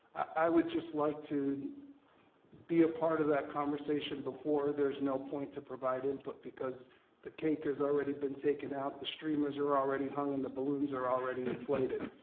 i would just like to be a part of that conversation before there's no point to provide input because the cake has already been taken out, the streamers are already hung and the balloons are already inflated.